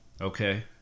Okay